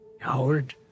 Howard